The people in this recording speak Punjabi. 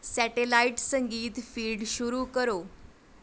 ਸੈਟੇਲਾਈਟ ਸੰਗੀਤ ਫੀਡ ਸ਼ੁਰੂ ਕਰੋ